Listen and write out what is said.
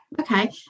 Okay